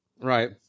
Right